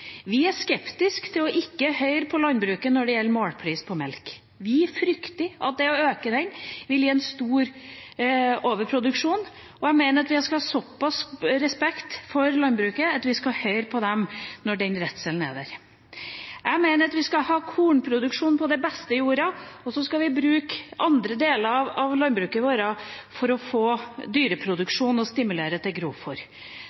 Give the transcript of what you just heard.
Vi er skeptiske til ikke å høre på landbruket når det gjelder målpris på melk. Vi frykter at å øke den vil gi en stor overproduksjon, og jeg mener at vi skal ha såpass respekt for landbruket at vi skal høre på dem når den redselen er der. Jeg mener at vi skal ha kornproduksjon på den beste jorda, og så skal vi bruke andre deler av landbruket vårt